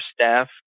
staff